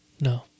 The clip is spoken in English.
No